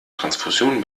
transfusionen